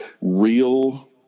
real